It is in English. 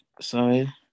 sorry